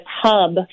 hub